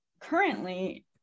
currently